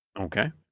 Okay